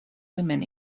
women